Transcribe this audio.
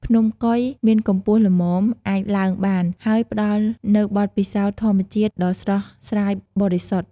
ភ្នំកុយ មានកម្ពស់ល្មមអាចឡើងបាន ហើយផ្តល់នូវបទពិសោធន៍ធម្មជាតិដ៏ស្រស់ស្រាយបរិសុទ្ធ។